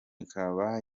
ikaba